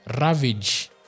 ravage